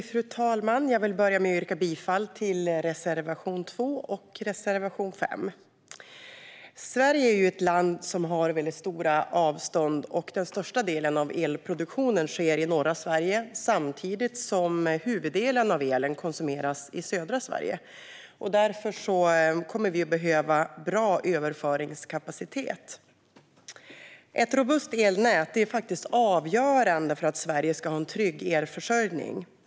Fru talman! Jag vill börja med att yrka bifall till reservation 2 och reservation 5. Sverige är ju ett land med stora avstånd, och den största delen av elproduktionen sker i norra Sverige samtidigt som huvuddelen av elen konsumeras i södra Sverige. Därför kommer vi att behöva bra överföringskapacitet. Ett robust elnät är avgörande för att Sverige ska ha en trygg elförsörjning.